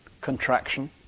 contraction